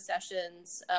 sessions